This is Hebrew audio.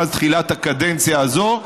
מאז תחילת הקדנציה הזאת,